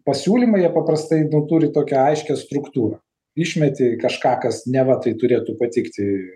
pasiūlymai jie paprastai turi tokią aiškią struktūrą išmeti kažką kas neva tai turėtų patikti